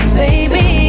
baby